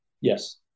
Yes